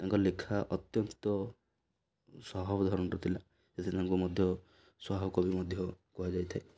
ତାଙ୍କ ଲେଖା ଅତ୍ୟନ୍ତ ସହବ ଧରଣର ଥିଲା ସେଥି ତାଙ୍କୁ ମଧ୍ୟ ସହକବି ମଧ୍ୟ କୁହାଯାଇଥାଏ